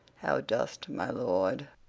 how dost, my lord?